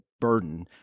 burden